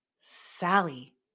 Sally